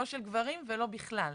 לא של גברים ולא בכלל.